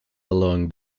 along